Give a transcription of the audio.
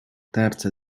terza